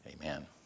Amen